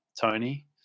Tony